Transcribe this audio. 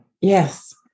yes